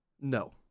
No